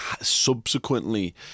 Subsequently